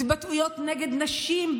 התבטאויות נגד נשים,